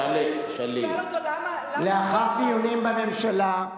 לאחר דיונים בממשלה,